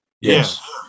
yes